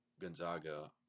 Gonzaga